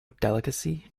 delicacy